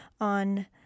on